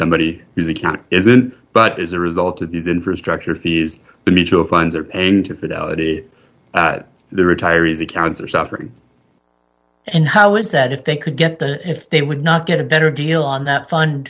somebody who's account isn't but is a result of these infrastructure fees the mutual funds are paying to fidelity the retiree's accounts are suffering and how is that if they could get the if they would not get a better deal on that fund